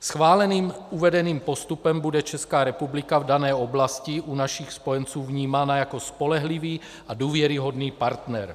Schváleným uvedeným postupem bude Česká republika v dané oblasti u našich spojenců vnímána jako spolehlivý a důvěryhodný partner.